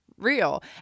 real